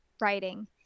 writing